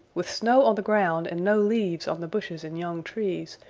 with snow on the ground and no leaves on the bushes and young trees,